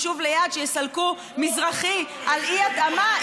וביישוב ליד שיסלקו מזרחי על אי-התאמה,